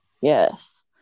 Yes